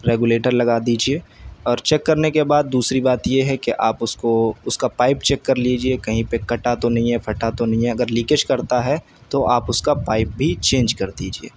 regulator لگا دیجیے اور چیک کرنے کے بعد دوسری بات یہ ہے کہ آپ اس كو اس کا پائپ چیک كر لیجیے کہیں پہ کٹا تو نہیں ہے پھٹا تو نہیں ہے اگر لیکیج کرتا ہے تو آپ اس کا پائپ بھی چینج کر دیجیے